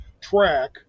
track